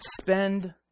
Spend